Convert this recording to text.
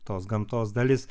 tos gamtos dalis